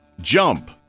jump